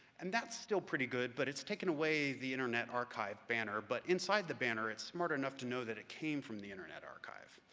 and that's still pretty good, but it's taken away the internet archive banner. but inside the banner it's smart enough to know that it came from the internet archive.